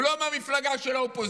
הוא לא במפלגה של האופוזיציה.